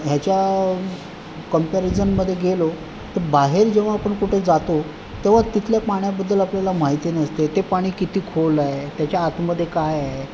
ह्याच्या कंपरिजनमधे गेलो तर बाहेर जेव्हा आपण कुठे जातो तेव्हा तिथल्या पाण्याबद्दल आपल्याला माहिती नसते ते पाणी किती खोल आहे त्याच्या आतमध्ये काय आहे